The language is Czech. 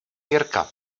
jirka